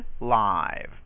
live